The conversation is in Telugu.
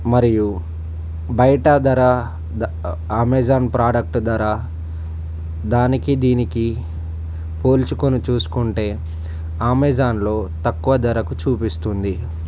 మరియు బయట ధర ద అమెజాన్ ప్రోడక్ట్ ధర దానికి దీనికి పోల్చుకొని చూసుకుంటే అమెజాన్లో తక్కువ ధరకు చూపిస్తుంది